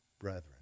brethren